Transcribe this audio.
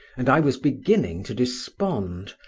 and i was beginning to despond,